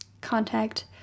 contact